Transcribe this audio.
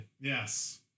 Yes